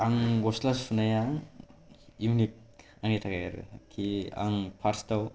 आं गसला सुनाया इउनिक आंनि थाखाय आरो कि आं फार्स्टाव